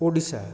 Odisha